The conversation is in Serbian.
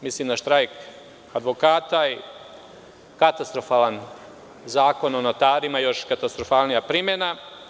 Mislim na štrajk advokata i katastrofalan Zakon o notarima i još katastrofalnija primena.